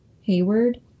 Hayward